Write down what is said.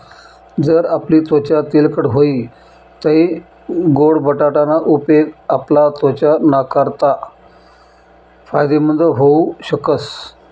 जर आपली त्वचा तेलकट व्हयी तै गोड बटाटा ना उपेग आपला त्वचा नाकारता फायदेमंद व्हऊ शकस